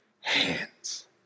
hands